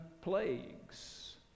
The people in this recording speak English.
plagues